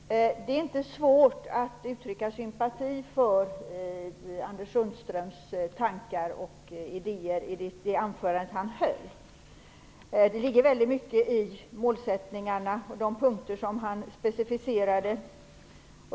Herr talman! Det är inte svårt att uttrycka sympati för Anders Sundströms tankar och idéer i dennes anförande. Det ligger väldigt mycket i målsättningarna och i de punkter som han specificerade.